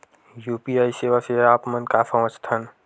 UPI सेवा से आप मन का समझ थान?